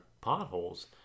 potholes